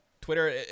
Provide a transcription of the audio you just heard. Twitter